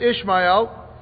Ishmael